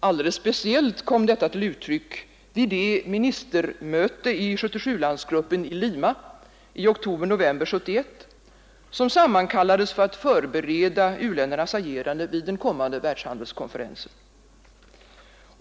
Alldeles speciellt kom detta till uttryck vid det ministermöte i 77-landsgruppen i Lima i oktober-november 1971, som sammankallades för att förbereda u-ländernas agerande vid den kommande världshandelskonferensen.